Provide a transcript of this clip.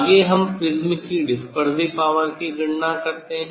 आगे हम प्रिज्म की डिसपेरसीव पावर की गणना करते हैं